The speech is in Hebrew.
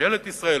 ממשלת ישראל,